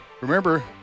Remember